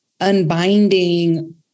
unbinding